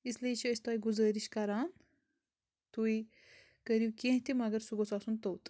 اِس لیے چھِ أسۍ تۄہہِ گُزٲرِش کَران تُہۍ کٔرِو کیٚنٛہہ تہِ مگر سُہ گوٚژھ آسُن توٚت